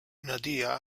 nadia